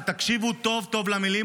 ותקשיבו טוב טוב למילים,